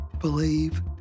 believe